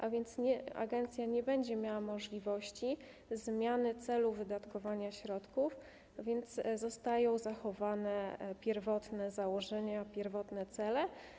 Agencja nie będzie miała możliwości zmiany celu wydatkowania środków, a więc zostają zachowane pierwotne założenia, pierwotne cele.